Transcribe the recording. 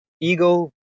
ego